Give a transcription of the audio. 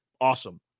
Awesome